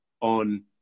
on